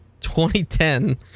2010